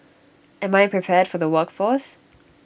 am I prepared for the workforce